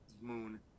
moon